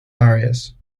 barriers